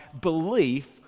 belief